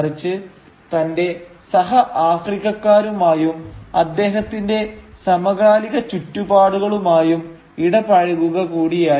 മറിച്ച് തന്റെ സഹ ആഫ്രിക്കക്കാരുമായും അദ്ദേഹത്തിന്റെ സമകാലിക ചുറ്റുപാടുകളുമായും ഇടപഴകുക കൂടിയായിരുന്നു